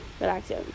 relaxing